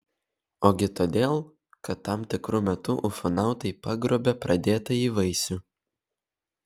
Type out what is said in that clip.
ogi todėl kad tam tikru metu ufonautai pagrobia pradėtąjį vaisių